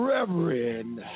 Reverend